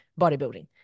bodybuilding